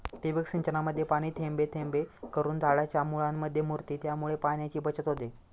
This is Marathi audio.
ठिबक सिंचनामध्ये पाणी थेंब थेंब करून झाडाच्या मुळांमध्ये मुरते, त्यामुळे पाण्याची बचत होते